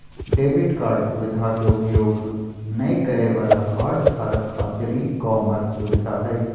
debit card सुवधा के उपयोग नय करे वाला कार्डधारक खातिर ई कॉमर्स सुविधा हइ